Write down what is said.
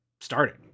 starting